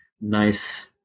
nice